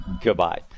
Goodbye